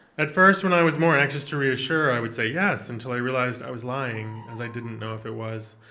at first, when i was more anxious to reassure, i would say yes, until i realized i was lying, as i didn't know if it was.